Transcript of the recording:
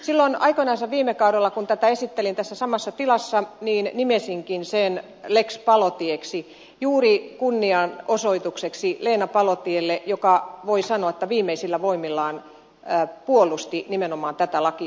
silloin aikoinansa viime kaudella kun tätä esittelin tässä samassa tilassa nimesinkin sen lex palotieksi juuri kunnianosoitukseksi leena palotielle joka voi sanoa viimeisillä voimillaan puolusti nimenomaan tätä lakia